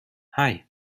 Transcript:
hei